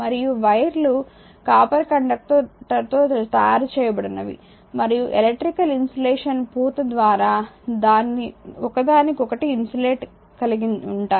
మరియు వైర్లు కాపర్ కండక్టర్తో తయారు చేయబడినవి మరియు ఎలక్ట్రికల్ ఇన్సులేషన్ పూత ద్వారా ఒకదానికొకటి ఇన్సులేటర్ కలిగిఉంటాయి